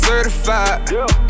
Certified